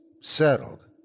settled